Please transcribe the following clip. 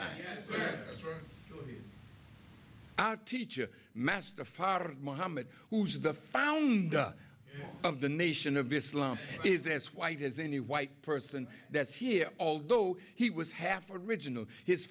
teacher masta father of mohammed who's the founder of the nation of islam is as white as any white person that's here although he was half original his